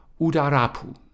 Udarapu